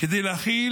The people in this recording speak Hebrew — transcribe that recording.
כדי להחיל